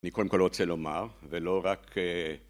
אני קודם כל רוצה לומר, ולא רק...